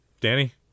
Danny